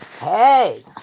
Hey